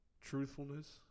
truthfulness